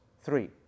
three